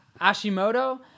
Ashimoto